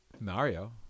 Mario